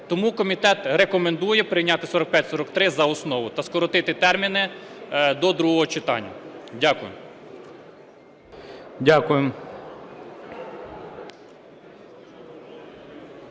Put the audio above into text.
Тому комітет рекомендує прийняти 4543 за основу та скоротити терміни до другого читання. Дякую.